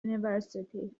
university